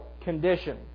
condition